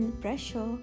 pressure